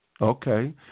Okay